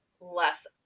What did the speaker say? less